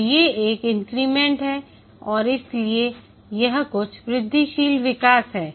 तो ये एक इंक्रीमेंट है और इसलिए यह कुछ वृद्धिशील विकास है